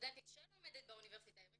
כסטודנטית שלומדת באוניברסיטה העברית,